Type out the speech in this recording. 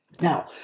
Now